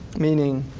meaning,